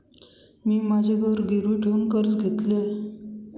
मी माझे घर गिरवी ठेवून कर्ज घेतले आहे